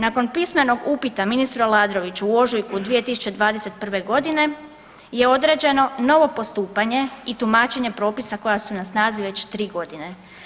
Nakon pismenog upita ministru Aladroviću u ožujku 2021. godine je određeno novo postupanje i tumačenje propisa koja su na snazi već 3 godine.